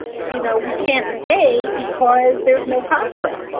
you know, we can't pay because there's no contract.